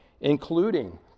including